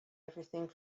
everything